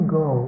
go